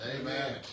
Amen